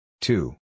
Two